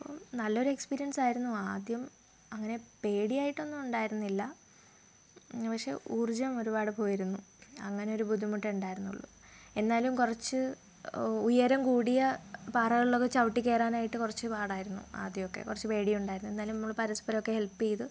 അപ്പം നല്ലൊരു എക്സ്പീരിയൻസ് ആയിരുന്നു ആദ്യം അങ്ങനെ പേടിയായിട്ടൊന്നും ഉണ്ടായിരുന്നില്ല പക്ഷെ ഊർജം ഒരുപാട് പോയിരുന്നു അങ്ങനെ ഒരു ബുദ്ധിമുട്ടെ ഉണ്ടായിരുന്നുള്ളു എന്നാലും കുറച്ച് ഉയരം കൂടിയ പാറകളിലൊക്കെ ചവിട്ടി കയറാനായിട്ട് കുറച്ച് പാടായിരുന്നു ആദ്യമൊക്കെ കുറച്ച് പേടി ഉണ്ടായിരുന്നു എന്തായാലും നമ്മൾ പരസ്പരം ഒക്കെ ഹെൽപ്പ് ചെയ്ത്